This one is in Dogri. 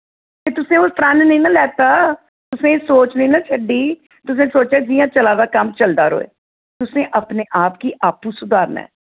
फ्ही तुसें ओह् प्रण नेईं ना लैता तुसें एह् सोच नेईं ना छड्डी तुसें सोचेआ जि'यां चला दा कम्म चलदा र'वै तुसें अपने आप गी आपू सुधारना ऐ